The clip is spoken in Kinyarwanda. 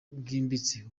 bwimbitse